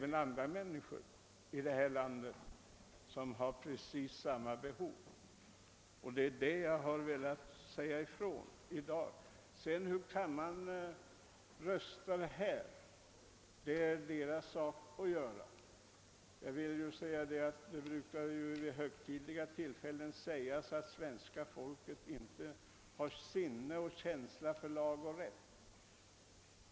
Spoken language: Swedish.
En del människor i detta land har behov av att idka jakt, och dei är detta som jag har velat säga ifrån i dag. Hur kammarens ledamöter röstar är deras sak. Vid högtidliga tillfällen brukar det sägas att svenska folket har sinne och känsla för lag och rätt.